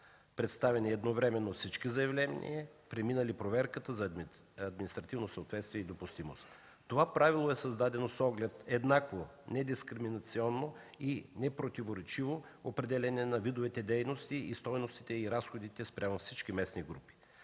представени едновременно всички заявления, преминали проверката за административно съответствие и допустимост. Това правило е създадено с оглед еднакво недискриминационно и непротиворечиво определяне на видовете дейности и стойностите и разходите спрямо всички местни групи.